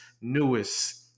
newest